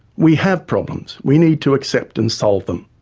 we have problems, we need to accept and solve them.